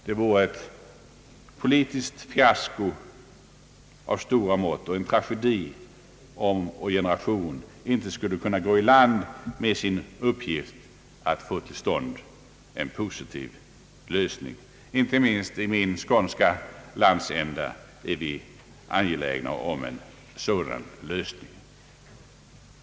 Det vore ett politiskt fiasko av stora mått och en tragedi, om vår generation inte skulle gå i land med uppgiften att få till stånd en positiv lösning. Inte minst i min skånska landsända är vi angelägna om en sådan lösning.